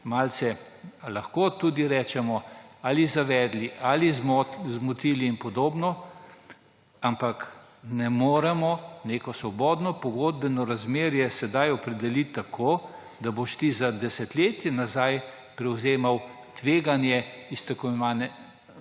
malce, lahko tudi rečemo, ali zavedli ali zmotili in podobno, ampak ne moremo neko svobodno pogodbeno razmerje sedaj opredeliti tako, da boš ti za desetletje nazaj prevzemal tveganje iz tako imenovane